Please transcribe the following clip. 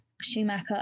schumacher